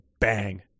bang